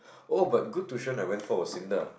oh but good tuition I went for was in the